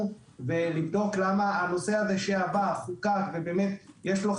ולבדוק למה הנושא הזה שהיה בחוקה ותורם,